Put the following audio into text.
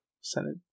Senate